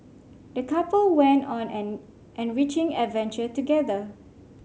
the couple went on an enriching adventure together